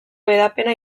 hedapena